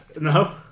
No